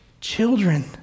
children